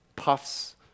Puffs